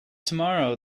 tomorrow